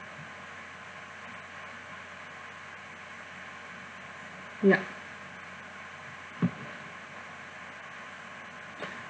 yup